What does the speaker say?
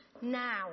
Now